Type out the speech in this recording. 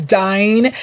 dying